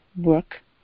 work